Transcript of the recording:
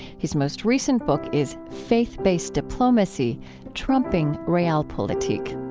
his most recent book is faith-based diplomacy trumping realpolitik